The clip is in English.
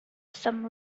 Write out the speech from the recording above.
some